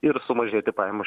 ir sumažėti pajamos